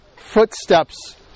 footsteps